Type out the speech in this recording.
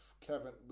kevin